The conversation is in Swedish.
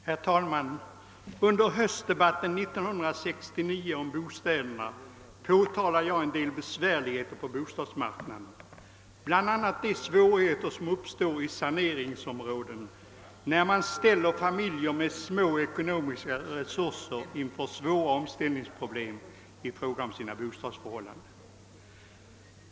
Herr talman! Under höstdebatten om bostäderna 1969 påtalade jag en del besvärligheter på bostadsmarknaden, bl.a. de svårigheter som uppstår i saneringsområden när man ställer familjer med små ekonomiska resurser inför svåra omställningsproblem i fråga om deras bostadsförhållanden.